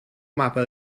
mapa